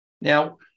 Now